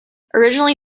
originally